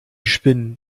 spinnen